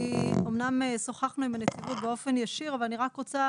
אמנם שוחחנו עם הנציבות באופן ישיר אבל אני רק רוצה